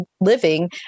living